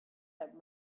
had